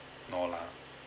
no lah